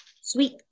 sweet